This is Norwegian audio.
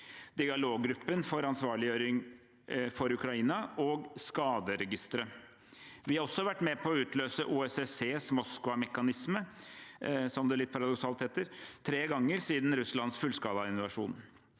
dialoggruppen for ansvarliggjøring for Ukraina og skaderegisteret. Vi har også vært med på å utløse OSSEs Moskva-mekanisme – som den litt paradoksalt heter – tre ganger siden Russlands fullskalainvasjon.